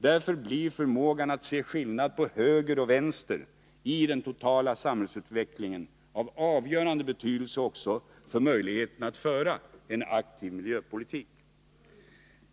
Därför blir förmågan att se skillnad på höger och vänster i den totala samhällsutvecklingen av avgörande betydelse också för möjligheterna att föra en aktiv miljöpolitik.